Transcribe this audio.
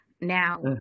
Now